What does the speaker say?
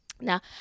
now